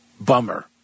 Bummer